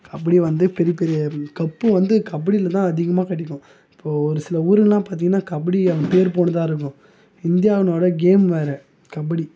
கபடி வந்து பெரிய பெரிய கப்பு வந்து கபடியில் தான் அதிகமாக கிடைக்கும் இப்போது ஒரு சில ஊருலாம் பார்த்தீங்கனா கபடி பேர் போனதாக இருக்கும் இந்தியாவுனோட கேம் வேற கபடி